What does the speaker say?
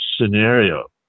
scenario